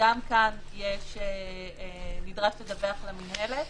גם כאן נדרש לדווח למינהלת.